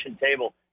table